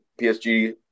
PSG